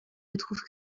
retrouve